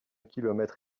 kilomètre